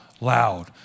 loud